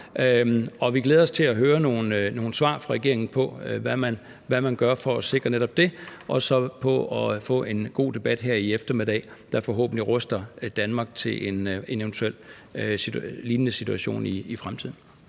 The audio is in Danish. Og vi glæder os til at høre nogle svar fra regeringen på, hvad man gør for at sikre netop det, og til at få en god debat her i eftermiddag, der forhåbentlig ruster Danmark til en eventuel lignende situation i fremtiden.